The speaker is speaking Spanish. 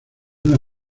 una